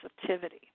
sensitivity